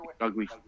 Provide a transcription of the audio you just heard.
ugly